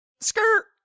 Skirt